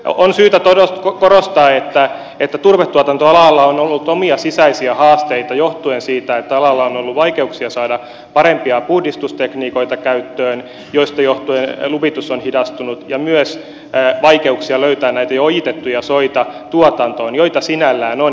on syytä korostaa että turvetuotantoalalla on ollut omia sisäisiä haasteita johtuen siitä että alalla on ollut vaikeuksia saada parempia puhdistustekniikoita käyttöön mistä johtuen luvitus on hidastunut ja on ollut myös vaikeuksia löytää tuotantoon näitä jo ojitettuja soita joita sinällään on